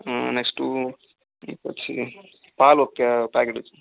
next పచ్చి పాలు ఒక ప్యాకెట్